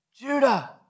Judah